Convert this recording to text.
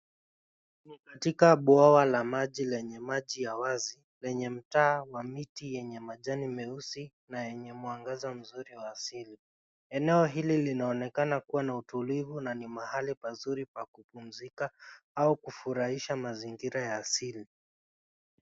Ni katika bwawa la maji lenye maji ya wazi lenye mtaa wa miti yenye majani meusi na yenye mwangaza mzuri wa asili eneo hili linaonekana kuwa na utulivu na ni mahali pazuri pa kupumzika au kufurahisha mazingira ya asili.